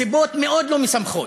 מסיבות מאוד לא משמחות.